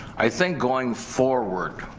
i think going forward,